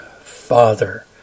father